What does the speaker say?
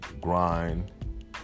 grind